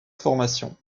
formation